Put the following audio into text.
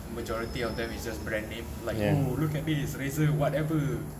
majority of them is just brand name like oo look at this Razer whatever